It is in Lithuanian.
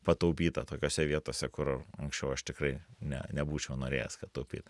pataupyta tokiose vietose kur anksčiau aš tikrai ne nebūčiau norėjęs kad taupyt